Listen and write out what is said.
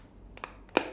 sorry